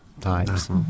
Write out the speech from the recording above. times